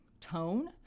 tone